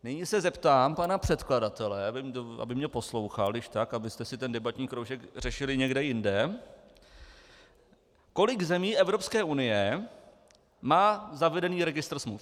Nyní se zeptám pana předkladatele, aby mě poslouchal, abyste si ten debatní kroužek řešili někde jinde, kolik zemí Evropské unie má zavedený registr smluv.